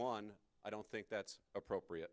one i don't think that's appropriate